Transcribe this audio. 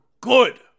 good